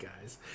guys